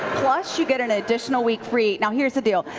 plus you get an additional week free. now, here's the deal.